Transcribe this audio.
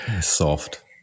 Soft